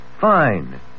fine